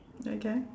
okay